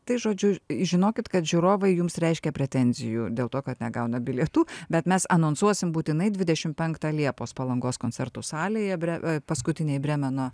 tai žodžiu žinokit kad žiūrovai jums reiškia pretenzijų dėl to kad negauna bilietų bet mes anonsuosim būtinai dvidešimt penktą liepos palangos koncertų salėje bre paskutiniai brėmeno